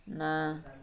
ନା